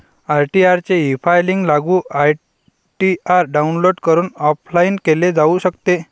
ITR चे efiling लागू ITR download करून ऑफलाइन केले जाऊ शकते